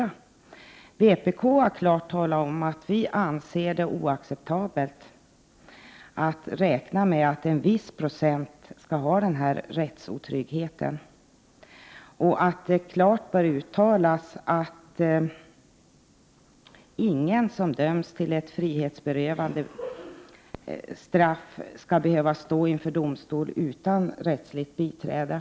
I vpk anser vi det oacceptabelt att räkna med att en viss procent skall utsättas för den rättsotryggheten, och vi menar att det klart bör uttalas att ingen som döms till ett frihetsberövande straff skall behöva stå inför domstol utan rättsligt biträde.